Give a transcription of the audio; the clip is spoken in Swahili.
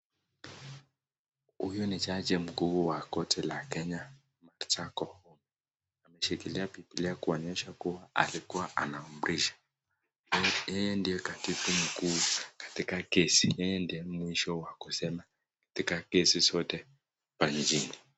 Huyu ni jaji mkuu wa koti la Kenya ameshikilia bibilia kuonyesha, kuwa anamrisha yeye ndiye katibu mkuu ya katika kesi yeye ndio mwisho kusema katika kesi.